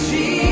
Jesus